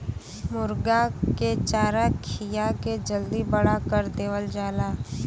मुरगा के चारा खिया के जल्दी बड़ा कर देवल जाला